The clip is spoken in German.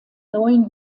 neuen